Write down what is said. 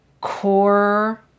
core